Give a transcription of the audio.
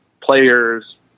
players